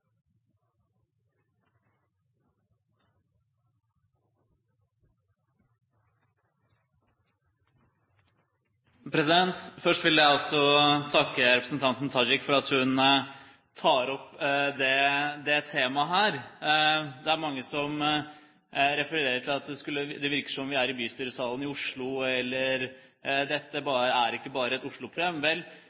Først vil jeg også takke representanten Tajik for at hun tar opp dette temaet. Det er mange som refererer til at det virker som om vi er i bystyresalen i Oslo – dette er ikke bare et